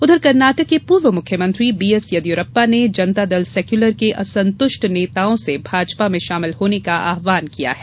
उधर कर्नाटक के पूर्व मुख्यमंत्री बी एस यदयिरप्पा ने जनता दल एस के असंतृष्ट नेताओं से भाजपा में शामिल होने का आहवान किया है